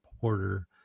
porter